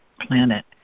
planet